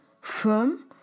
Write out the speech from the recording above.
firm